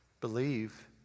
believe